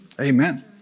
Amen